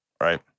right